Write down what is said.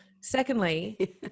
secondly